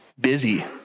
Busy